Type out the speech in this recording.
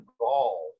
involved